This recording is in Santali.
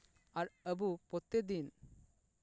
ᱟᱨ ᱟᱵᱚ ᱯᱨᱚᱛᱤ ᱫᱤᱱ